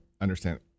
understand